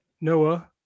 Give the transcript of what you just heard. Noah